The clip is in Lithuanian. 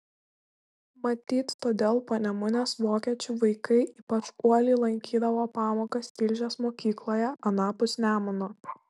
matyt todėl panemunės vokiečių vaikai ypač uoliai lankydavo pamokas tilžės mokykloje anapus nemuno